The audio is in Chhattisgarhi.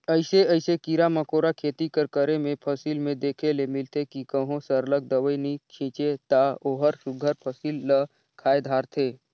अइसे अइसे कीरा मकोरा खेती कर करे में फसिल में देखे ले मिलथे कि कहों सरलग दवई नी छींचे ता ओहर सुग्घर फसिल ल खाए धारथे